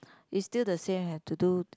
is still the same have to do